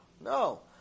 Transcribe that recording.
no